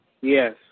Yes